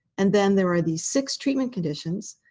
and then there are these six treatment conditions.